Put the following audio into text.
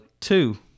two